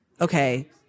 okay